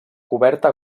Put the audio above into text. coberta